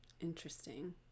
Interesting